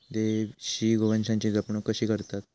देशी गोवंशाची जपणूक कशी करतत?